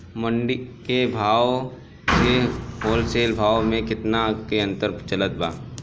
मंडी के भाव से होलसेल भाव मे केतना के अंतर चलत बा?